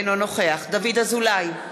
אינו נוכח דוד אזולאי,